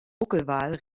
buckelwal